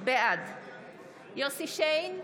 בעד יוסף שיין,